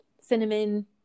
cinnamon